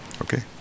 Okay